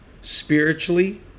spiritually